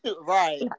Right